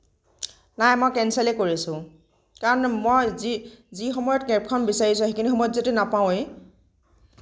নাই মই কেঞ্চেলেই কৰিছোঁ কাৰণ মই যি যি সময়ত কেবখন বিচাৰিছোঁ সেইখিনি সময়ত যদি নাপাওঁয়েই